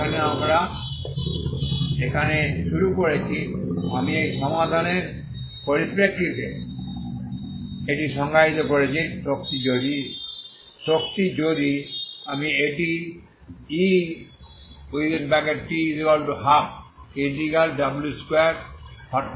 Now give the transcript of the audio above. যে আমরা এখানে শুরু করেছি আমি এই সমাধানের পরিপ্রেক্ষিতে এটি সংজ্ঞায়িত করেছি শক্তি যদি আমি এটি E12w2xt⏟dxB